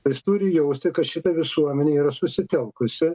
tai jis turi jausti kad šita visuomenė yra susitelkusi